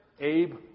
Abe